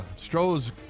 Strohs